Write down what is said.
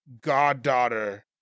goddaughter